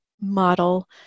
model